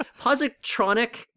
positronic